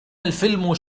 الفلم